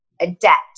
adapt